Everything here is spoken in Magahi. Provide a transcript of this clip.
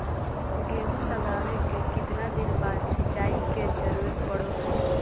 गेहूं लगावे के कितना दिन बाद सिंचाई के जरूरत पड़ो है?